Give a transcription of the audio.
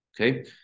Okay